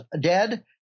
dead